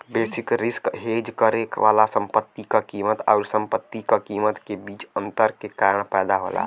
basis risk hedge करे वाला संपत्ति क कीमत आउर संपत्ति क कीमत के बीच अंतर के कारण पैदा होला